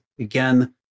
Again